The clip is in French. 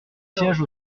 sièges